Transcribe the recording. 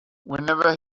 whenever